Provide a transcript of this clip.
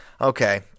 Okay